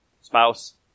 spouse